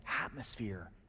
atmosphere